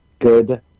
good